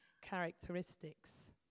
characteristics